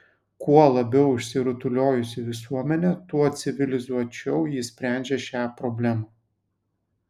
kuo labiau išsirutuliojusi visuomenė tuo civilizuočiau ji sprendžia šią problemą